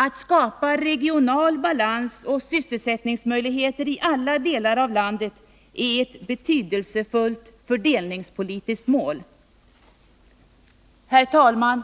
Att skapa regional balans och sysselsättningsmöjligheter i alla delar av landet är ett betydelsefullt fördelningspolitiskt mål.” Herr talman!